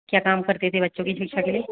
क्या काम करते थे बच्चों की शिक्षा के लिए